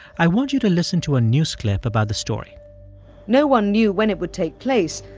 i want you to listen to a news clip about the story no one knew when it would take place,